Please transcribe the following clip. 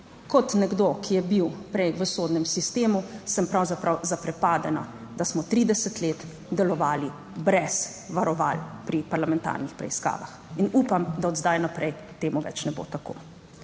Kot nekdo, ki je bil prej v sodnem sistemu, sem pravzaprav zaprepadena, da smo 30 let delovali brez varoval pri parlamentarnih preiskavah in upam, da od zdaj naprej temu več ne bo tako.